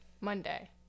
monday